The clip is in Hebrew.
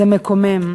זה מקומם.